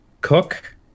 cook